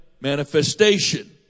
manifestation